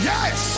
Yes